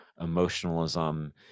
emotionalism